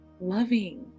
loving